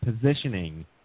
positioning